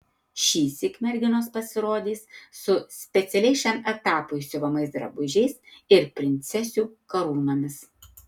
šįsyk merginos pasirodys su specialiai šiam etapui siuvamais drabužiais ir princesių karūnomis